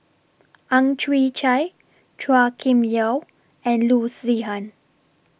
Ang Chwee Chai Chua Kim Yeow and Loo Zihan